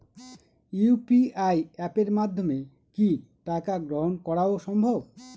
UPI অ্যাপের মাধ্যমে কি টাকা গ্রহণ করাও সম্ভব?